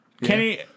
Kenny